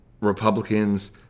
Republicans